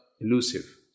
elusive